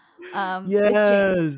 Yes